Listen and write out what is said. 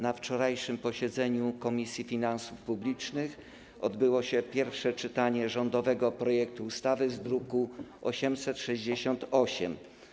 Na wczorajszym posiedzeniu Komisji Finansów Publicznych odbyło się pierwsze czytanie rządowego projektu ustawy z druku nr 868.